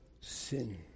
sin